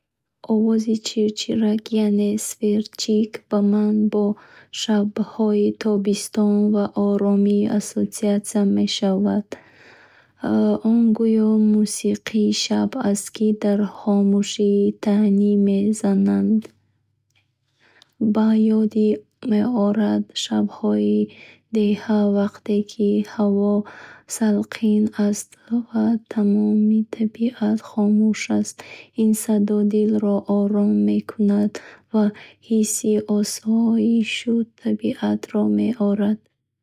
Овози чрчрак яъне сверчки ба ман бо шабҳои тобистона ва оромӣ ассоатсия мешавад. Он гӯё мусиқии шаб аст, ки дар хомӯшӣ танин мезанад. Ба ёдам меорад шабҳои деҳа, вақте ки ҳаво салқин аст ва тамоми табиат хомӯш аст. Ин садо дилро ором мекунад ва ҳисси осоишу табиатро меорад.